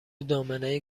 دامنه